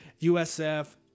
USF